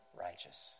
righteous